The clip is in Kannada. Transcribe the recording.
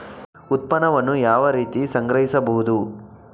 ಉತ್ಪನ್ನವನ್ನು ಯಾವ ರೀತಿ ಸಂಗ್ರಹಿಸಬಹುದು?